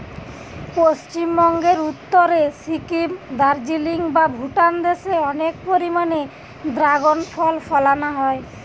পশ্চিমবঙ্গের উত্তরে সিকিম, দার্জিলিং বা ভুটান দেশে অনেক পরিমাণে দ্রাগন ফল ফলানা হয়